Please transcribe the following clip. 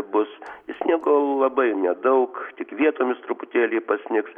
bus sniego labai nedaug tik vietomis truputėlį pasnigs